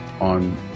on